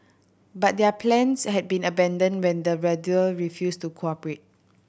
but their plans had to be abandoned when the weather refused to cooperate